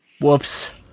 Whoops